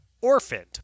orphaned